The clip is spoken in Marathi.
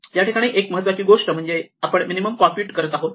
या ठिकाणी एक महत्त्वाची गोष्ट म्हणजे आपण मिनिमम कॉम्प्युट करत आहोत